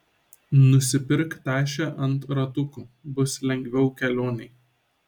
nusipirk tašę ant ratukų bus lengviau kelionėj